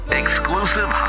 exclusive